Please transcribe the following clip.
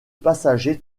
passagers